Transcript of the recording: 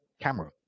camera